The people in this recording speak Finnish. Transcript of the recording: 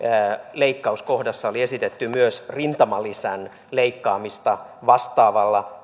leikkauskohdassa oli esitetty myös rintamalisän leikkaamista vastaavalla